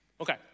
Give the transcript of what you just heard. Okay